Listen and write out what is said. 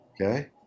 Okay